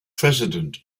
president